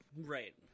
Right